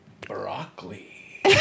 Broccoli